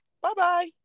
Bye-bye